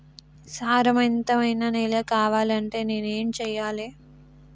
సారవంతమైన నేల కావాలంటే నేను ఏం చెయ్యాలే?